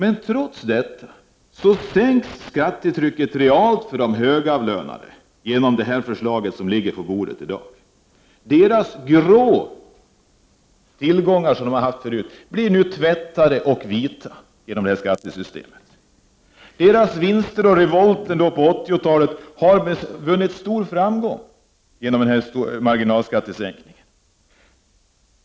Trots detta sänks skattetrycket realt sett för de högavlönade genom det förslag som ligger på riksdagens bord i dag. Deras grå tillgångar blir nu tvättade och vita genom detta skattesystem. Deras vinster och deras revolt på 80-talet har vunnit stor framgång genom införandet av denna marginalskattesänkning!